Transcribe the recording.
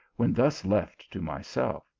when thus left to myself.